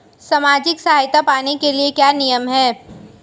सामाजिक सहायता पाने के लिए क्या नियम हैं?